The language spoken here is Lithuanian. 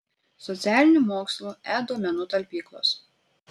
socialinių mokslų e duomenų talpyklos